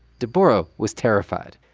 deborah was terrified.